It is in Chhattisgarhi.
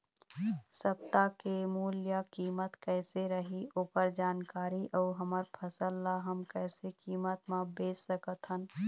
सप्ता के मूल्य कीमत कैसे रही ओकर जानकारी अऊ हमर फसल ला हम कैसे कीमत मा बेच सकत हन?